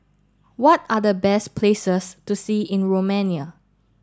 what are the best places to see in Romania